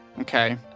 Okay